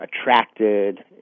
attracted